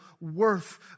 worth